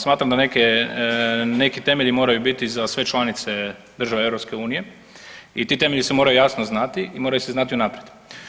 Smatram da neki temelji moraju biti za sve članice države EU i ti temelji se moraju jasno znati i moraju se znati unaprijed.